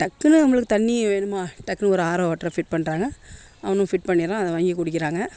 டக்குன்னு நம்பளுக்கு தண்ணி வேணுமா டக்குன்னு ஒரு ஆர்ஓ வாட்டரை ஃபிட் பண்ணுறாங்க அவனும் ஃபிட் பண்ணிடறான் அதை வாங்கி குடிக்கிறாங்க